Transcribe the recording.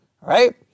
right